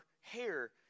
hair